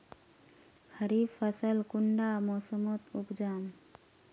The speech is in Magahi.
खरीफ फसल कुंडा मोसमोत उपजाम?